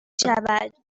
شود